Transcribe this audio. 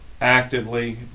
actively